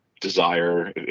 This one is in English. desire